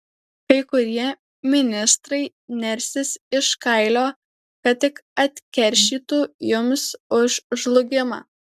kai kurie ministrai nersis iš kailio kad tik atkeršytų jums už žlugimą